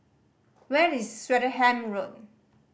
where is Swettenham Road